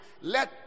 let